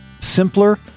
simpler